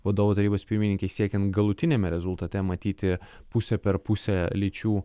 vadovų tarybos pirmininkei siekiant galutiniame rezultate matyti pusę per pusę lyčių